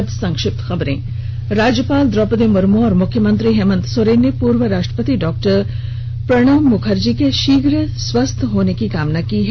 अब संक्षिप्त खबरें राज्यपाल द्रौपदी मुर्मू और मुख्यमंत्री हेमन्त सोरेन ने पूर्व राष्ट्रपति डा प्रणव मुखर्जी के शीघ्र स्वस्थ होने की कामना की है